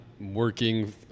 working